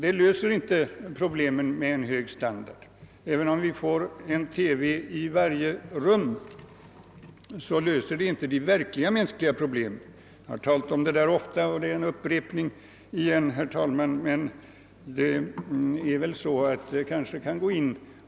En hög standard innebär härvidlag ingen lösning — även om vi får en TV i varje rum kvarstår de verkliga mänskliga problemen. Jag har talat ofta om detta, herr talman, men för att saker och ting skall gå in i människors medvetande måste man vanligen upprepa sig.